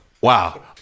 Wow